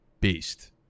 Beast